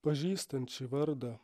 pažįstant šį vardą